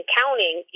counting